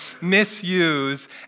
misuse